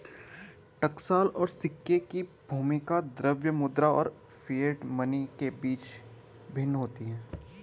टकसाल और सिक्के की भूमिका द्रव्य मुद्रा और फिएट मनी के बीच भिन्न होती है